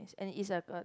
and it's like a